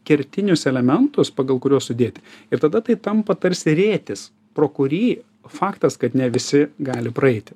kertinius elementus pagal kuriuos sudėti ir tada tai tampa tarsi rėtis pro kurį faktas kad ne visi gali praeiti